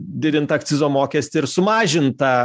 didint akcizo mokestį ir sumažint tą